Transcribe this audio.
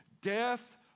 death